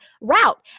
route